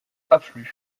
affluent